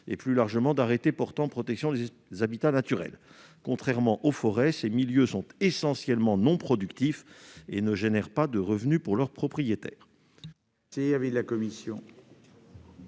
et, plus largement, d'arrêtés portant protection des habitats naturels. Contrairement aux forêts, ces milieux sont essentiellement non productifs et ne génèrent pas de revenus pour leurs propriétaires.